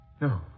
No